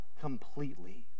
completely